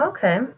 Okay